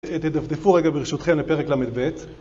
תפדפו רגע ברשותכם לפרק ל"ב.